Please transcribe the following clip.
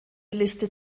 liste